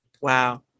wow